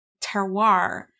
terroir